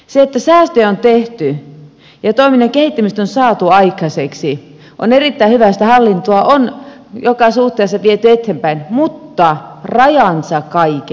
se että säästöjä on tehty ja toiminnan kehittämistä on saatu aikaiseksi on erittäin hyvä ja sitä hallintoa on joka suhteessa viety eteenpäin mutta rajansa kaikella